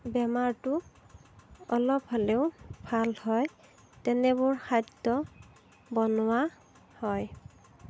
বেমাৰটো অলপ হ'লেও ভাল হয় তেনেবোৰ খাদ্য বনোৱা হয়